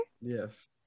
Yes